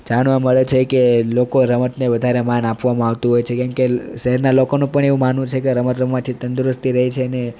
જાણવા મળે છે કે લોકો રમતને વધારે માન આપવામાં આવતું હોય છે કેમ કે શહેરના લોકોનું પણ એવું માનવું છે કે રમત રમવાથી તંદુરસ્તી રહે છે ને